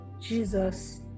jesus